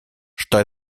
что